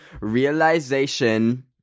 realization